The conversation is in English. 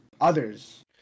others